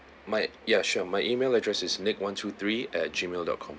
my ya sure my email address is nick one to three at gmail dot com